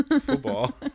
Football